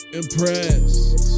impressed